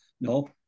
No